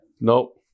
nope